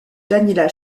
daniela